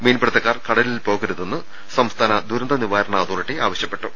മീൻപിടുത്തക്കാർ കടലിൽ പോകരുതെന്ന് സംസ്ഥാന ദുരന്ത നിവാരണ അതോറിറ്റി ആവശ്യപ്പെട്ടു